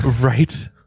right